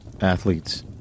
athletes